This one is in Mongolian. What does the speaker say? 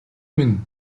минь